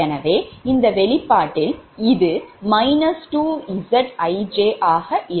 எனவே இந்த வெளிப்பாட்டில் இது 2Zijஆக இருக்கும்